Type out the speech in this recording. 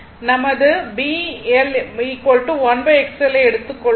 நாம் BL 1 XL ஐ எடுத்துக்கொள்வோம்